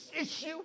issue